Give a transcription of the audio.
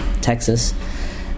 Texas